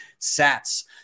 sats